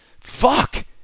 Fuck